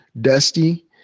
Dusty